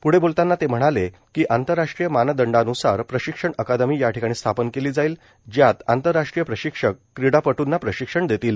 प्ढ बोलताना ते म्हणाले की आंतरराष्ट्रीय मानदंडांन्सार प्रशिक्षण अकादमी याठिकाणी स्थापन केली जाईल ज्यात आंतरराष्ट्रीय प्रशिक्षक क्रीडापटूंना प्रशिक्षण देतील